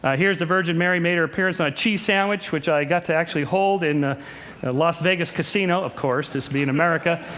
ah here's when the virgin mary made her appearance on a cheese sandwich which i got to actually hold in a las vegas casino of course, this being america.